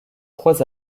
trois